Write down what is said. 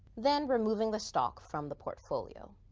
then removing the stock from the portfolio.